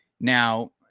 Now